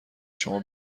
شما